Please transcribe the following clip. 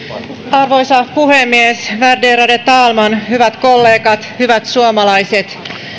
arvoisa puhemies värderade talman hyvät kollegat hyvät suomalaiset